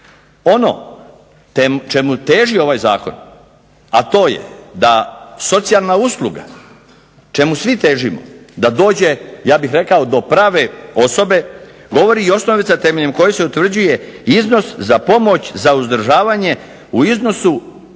Ono čemu teži ovaj zakon, a to je da socijalna usluga čemu svi težimo da dođe, ja bih rekao do prave osobe, govori i osnovica temeljem koje se utvrđuje iznos za pomoć za uzdržavanje u iznosu